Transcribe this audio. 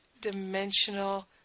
dimensional